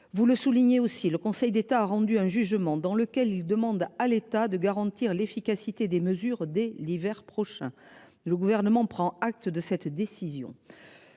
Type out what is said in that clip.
Vous le soulignez aussi le Conseil d'État a rendu un jugement dans lequel il demande à l'État de garantir l'efficacité des mesures dès l'hiver prochain. Le gouvernement prend acte de cette décision.